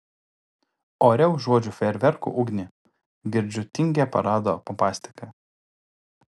ore užuodžiu fejerverkų ugnį girdžiu tingią parado pompastiką